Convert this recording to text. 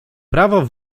prawo